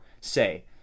say